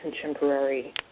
contemporary